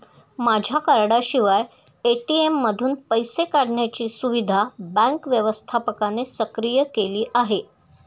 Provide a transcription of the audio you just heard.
माझ्या कार्डाशिवाय ए.टी.एम मधून पैसे काढण्याची सुविधा बँक व्यवस्थापकाने सक्रिय केली आहे